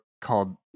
called